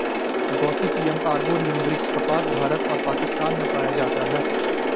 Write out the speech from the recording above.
Gossypium arboreum वृक्ष कपास, भारत और पाकिस्तान में पाया जाता है